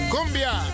Cumbia